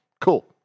Cool